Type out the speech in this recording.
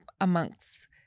amongst